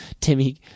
Timmy